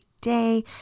day